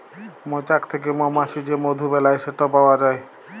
মচাক থ্যাকে মমাছি যে মধু বেলায় সেট পাউয়া যায়